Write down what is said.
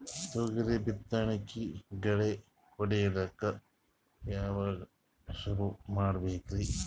ತೊಗರಿ ಬಿತ್ತಣಿಕಿಗಿ ಗಳ್ಯಾ ಹೋಡಿಲಕ್ಕ ಯಾವಾಗ ಸುರು ಮಾಡತೀರಿ?